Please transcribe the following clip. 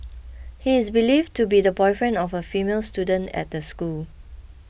he is believed to be the boyfriend of a female student at the school